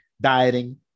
dieting